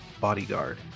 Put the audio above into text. Bodyguard